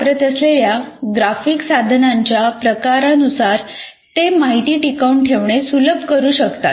आपण वापरत असलेल्या ग्राफिक साधनांच्या प्रकारानुसार ते माहिती टिकवून ठेवणे सुलभ करू शकतात